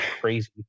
crazy